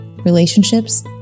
relationships